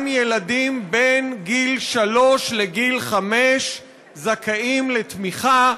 גם ילדים בין גיל שלוש לגיל חמש זכאים לתמיכה,